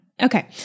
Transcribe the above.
Okay